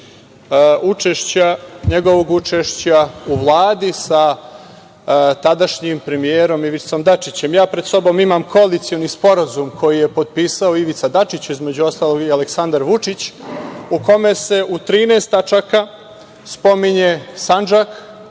kontekstu njegovog učešća u Vladi sa tadašnjim premijerom Ivicom Dačićem. Pred sobom ima Koalicioni sporazum koji je potpisao Ivica Dačić, između ostalo i Aleksandar Vučić u kome su u 13 tačaka spominje